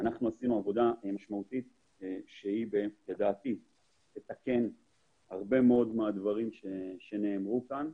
שאנחנו עושים עבודה משמעותית שלדעתי תתקן הרבה מאוד מהדברים שנאמרו כאן.